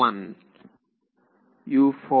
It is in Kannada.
ವಿದ್ಯಾರ್ಥಿ